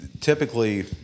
typically